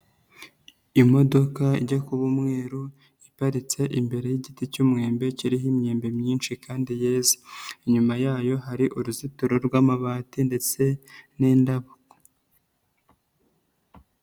Imodoka ijya kuba umweru iparitse imbere y'igiti cy'umumwembe kiriho imyembe myinshi kandi yeze, inyuma yayo hari uruzitiro rw'amabati ndetse n'indabo.